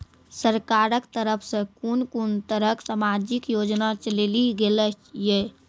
सरकारक तरफ सॅ कून कून तरहक समाजिक योजना चलेली गेलै ये?